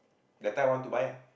that time want to buy ah